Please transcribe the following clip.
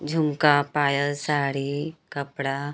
झुमका पायल साड़ी कपड़ा